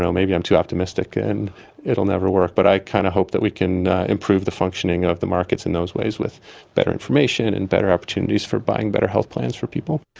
so maybe i'm too optimistic and it will never work, but i kind of hope that we can improve the functioning of the markets in those ways with better information and better opportunities for buying better health plans for people.